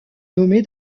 nommée